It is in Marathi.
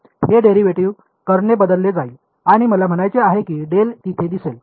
हे डेरिव्हेटिव्ह कर्लने बदलले जाईल आणि मला म्हणायचे आहे की डेल तिथे दिसेल